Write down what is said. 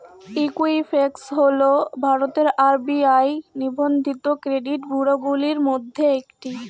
Equifax হল ভারতের RBI নিবন্ধিত ক্রেডিট ব্যুরোগুলির মধ্যে একটি